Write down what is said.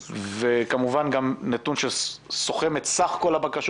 וכמובן גם נתון שסוֹכֵם את סך כל הבקשות